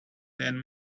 ten